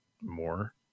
more